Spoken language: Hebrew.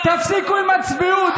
תפסיקו עם הצביעות.